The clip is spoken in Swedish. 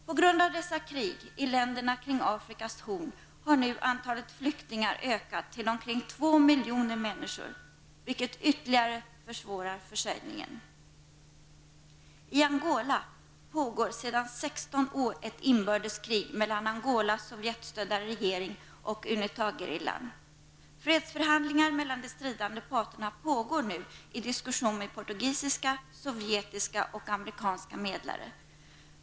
På grund av dessa krig i länderna kring Afrikas horn har nu antalet flyktingar ökat till omkring två miljoner människor, vilket ytterligare försvårar försörjningen. I Angola pågår sedan 16 år ett inbördeskrig mellan Fredsförhandlingar mellan de stridande parterna pågår nu i diskussion med portugisiska, sovjetiska och amerikanska medlare.